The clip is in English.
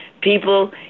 people